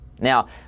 Now